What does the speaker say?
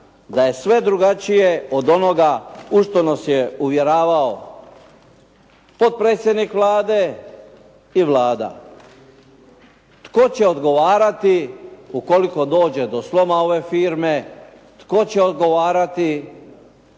da je sve drugačije od onoga u što nas je uvjeravao potpredsjednik Vlade i Vlada. Tko će odgovarati ukoliko dođe do sloma ove firme? Tko će odgovarati